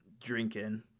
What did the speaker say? Drinking